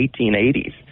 1880s